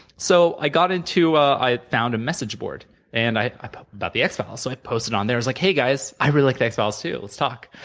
so i got into i found a message board and i i about the x-files, so i posted on there. i was like, hey guys. i really like the x-files, too, let's talk,